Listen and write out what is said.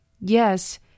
Yes